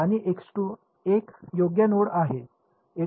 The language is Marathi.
विद्यार्थी आणि एक योग्य नोड आहे